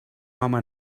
home